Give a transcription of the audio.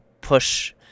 Push